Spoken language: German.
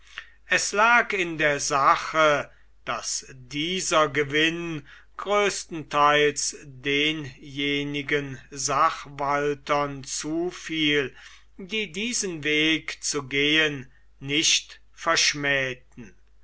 es lag in der sache daß dieser gewinn größtenteils denjenigen sachwaltern zufiel die diesen weg zu gehen nicht verschmähten